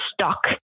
stuck